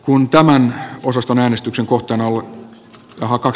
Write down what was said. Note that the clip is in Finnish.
kun tämän osaston äänestyksen kohteena ollut ahokas